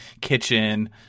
kitchen